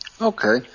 Okay